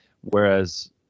whereas